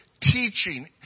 teaching